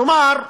כלומר,